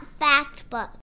Factbook